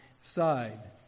side